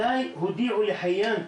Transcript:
מתי הודיעו לחייאן,